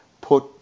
put